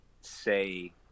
say